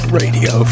radio